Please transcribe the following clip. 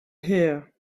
here